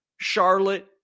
Charlotte